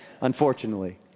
unfortunately